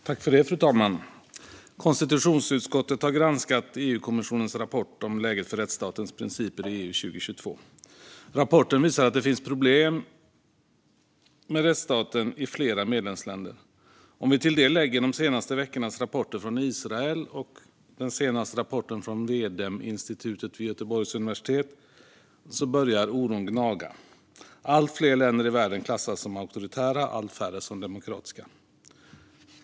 Fru talman! Konstitutionsutskottet har granskat EU-kommissionens rapport om läget för rättsstatens principer i EU 2022. Rapporten visar att det finns problem med rättsstaten i flera medlemsländer. Om vi till det lägger de senaste veckornas rapporter från Israel och den senaste rapporten från V-Dem-institutet vid Göteborgs universitet börjar oron gnaga. Allt fler länder i världen klassas som auktoritära, allt färre som demokratiska.